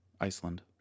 Iceland